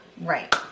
Right